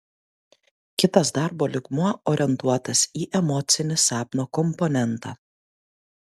kitas darbo lygmuo orientuotas į emocinį sapno komponentą